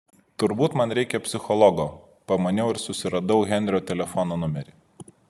turbūt man reikia psichologo pamaniau ir susiradau henrio telefono numerį